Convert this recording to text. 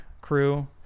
crew